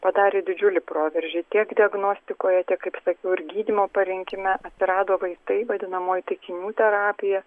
padarė didžiulį proveržį tiek diagnostikoje tiek kaip sakiau ir gydymo parinkime atsirado vaistai vadinamoji taikinių terapija